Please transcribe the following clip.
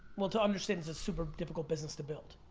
well to understand, it's a super difficult business to build.